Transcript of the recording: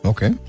Okay